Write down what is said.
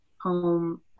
home